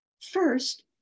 First